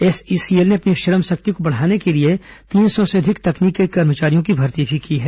SECL ने अपनी श्रम शक्ति को बढ़ाने के लिए तीन सौ से अधिक तकनीकी कर्मचारियों की भर्ती भी की है